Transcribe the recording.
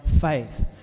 faith